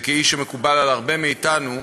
וכאיש שמקובל על הרבה מאתנו,